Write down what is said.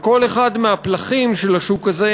בכל אחד מהפלחים של השוק הזה,